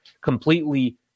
completely